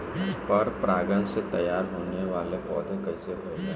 पर परागण से तेयार होने वले पौधे कइसे होएल?